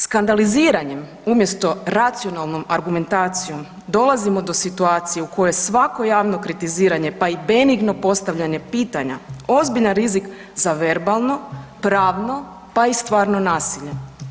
Skandaliziranjem umjesto racionalnom argumentacijom, dolazimo do situacije u kojoj svako javno kritiziranje pa i benigno postavljanje pitanja, ozbiljan rizik za verbalno, pravno pa i stvarno nasilje.